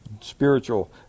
spiritual